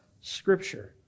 Scripture